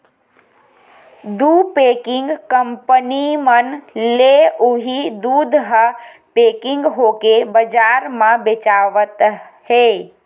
दू packing company मन ले उही दूद ह पेकिग होके बजार म बेचावत हे